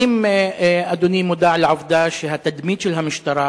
האם אדוני מודע לעובדה שהתדמית של המשטרה